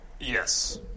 Yes